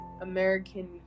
American